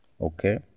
okay